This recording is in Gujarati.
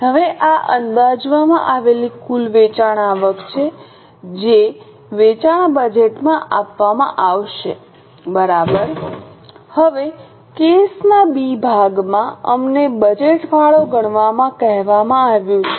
હવે આ અંદાજવામાં આવેલી કુલ વેચાણ આવક છે જે વેચાણ બજેટમાં આપવામાં આવશે બરાબર હવે કેસના બી ભાગમાં અમને બજેટ ફાળો ગણવા કહેવામાં આવ્યું છે